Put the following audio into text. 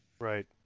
Right